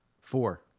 Four